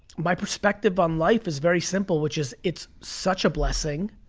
my perspective on life is very simple, which is it's such a blessing.